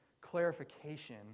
clarification